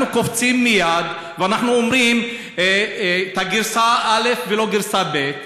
קופצים מייד ואנחנו אומרים גרסה א' ולא גרסה ב',